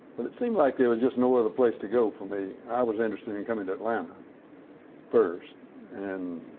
well, it seemed like there was just no other place to go for me. i was interested in coming to atlanta first and